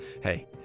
hey